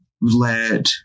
let